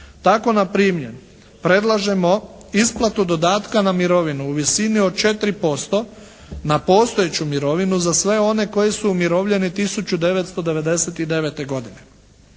Tak na primjer predlažemo isplatu dodatka na mirovinu u visini od 4% na postojeću mirovinu za sve one koji su umirovljeni 1999. godine.